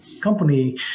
company